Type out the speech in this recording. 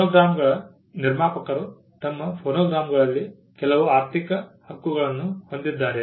ಫೋನೋಗ್ರಾಮ್ಗಳ ನಿರ್ಮಾಪಕರು ತಮ್ಮ ಫೋನೋಗ್ರಾಮ್ಗಳಲ್ಲಿ ಕೆಲವು ಆರ್ಥಿಕ ಹಕ್ಕುಗಳನ್ನು ಹೊಂದಿದ್ದಾರೆ